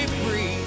free